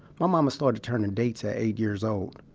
my mama started turning dates at eight years old.